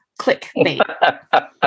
Clickbait